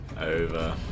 Over